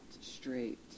straight